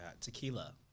Tequila